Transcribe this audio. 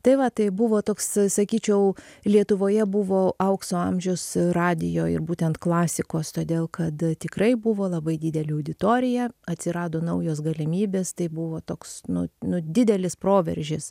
tai va tai buvo toks sakyčiau lietuvoje buvo aukso amžius radijo ir būtent klasikos todėl kad tikrai buvo labai didelė auditorija atsirado naujos galimybės tai buvo toks nu nu didelis proveržis